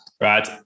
right